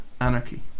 anarchy